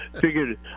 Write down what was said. figured